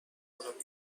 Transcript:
استفاده